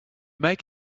make